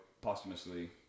posthumously